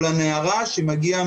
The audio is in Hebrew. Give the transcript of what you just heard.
היא נמכרת,